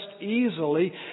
easily